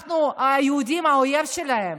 אנחנו, היהודים, האויב שלהם.